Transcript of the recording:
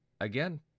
again